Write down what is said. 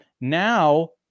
Now